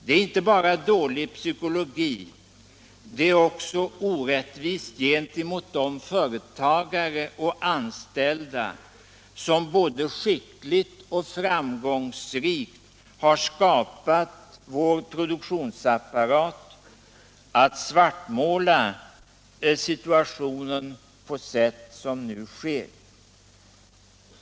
Det är inte bara dålig psykologi, det är också orättvist gentemot de företagare och anställda som både skickligt och framgångsrikt har skapat vår produktionsapparat, att svartmåla situationen på det sätt som nu sker.